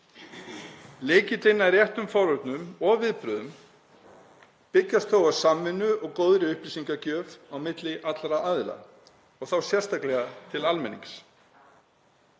Lykillinn að réttum forvörnum og viðbrögðum byggist þó á samvinnu og góðri upplýsingagjöf á milli allra aðila, og þá sérstaklega til almennings.